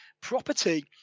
property